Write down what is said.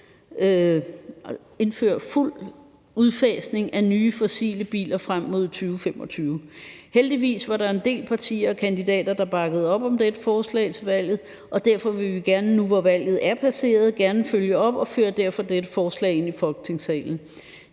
indfør fuld udfasning af nye fossile biler frem mod 2025.« Heldigvis var der en del partier og kandidater, der bakkede op om dette forslag til valget, og derfor vil vi nu, hvor valget er passeret, gerne følge op, hvorfor vi fører dette forslag ind i Folketingssalen.